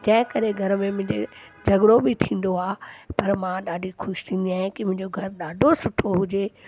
जंहिं करे घर में मुंहिंजे झगिड़ो बि थींदो आहे पर मां ॾाढी ख़ुशि थींदी आहियां की मुंहिंजो घरु ॾाढो सुठो हुजे